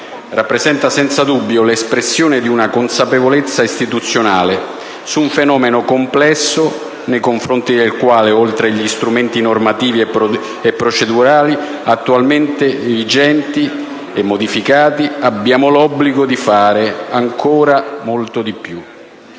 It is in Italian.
rappresenta senza dubbio l'espressione di una consapevolezza istituzionale su un fenomeno complesso, nei confronti del quale, oltre agli strumenti normativi e procedurali attualmente vigenti e modificati, abbiamo l'obbligo di fare ancora molto di più.